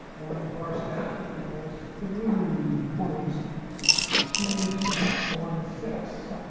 one parsec equals three point two six one six